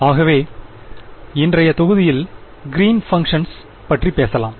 ஆகவே இன்றைய தொகுதியில் கிறீன் பங்ஷன்ஸ் பற்றி பேசலாம்